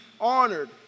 honored